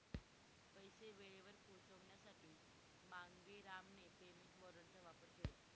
पैसे वेळेवर पोहोचवण्यासाठी मांगेरामने पेमेंट वॉरंटचा वापर केला